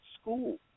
school